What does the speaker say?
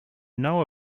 know